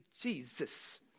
Jesus